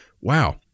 wow